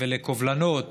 ולקובלנות